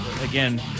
again